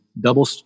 double